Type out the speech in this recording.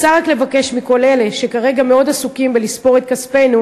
רוצה רק לבקש מכל אלה שכרגע מאוד עסוקים בלספור את כספנו,